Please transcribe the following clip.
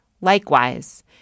Likewise